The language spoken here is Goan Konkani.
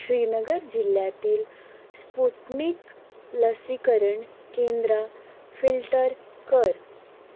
श्रीनगर जिल्ल्यांतील स्पुटनिक लसीकरण केंद्रां फिल्टर कर